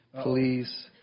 please